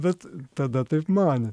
bet tada taip manė